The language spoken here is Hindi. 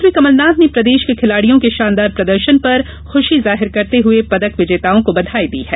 मुख्यमंत्री कमलनाथ ने प्रदेश के खिलाड़ियों के शानदार प्रदर्शन पर खुशी जाहिर करते हुए पदक विजेताओं को ँ बधाई दी है